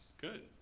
Good